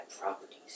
properties